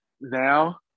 now